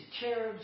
cherubs